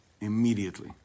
immediately